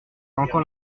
encore